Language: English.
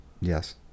Yes